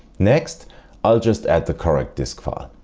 next i'll just add the correct disk file.